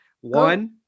One